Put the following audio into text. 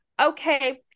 Okay